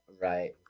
Right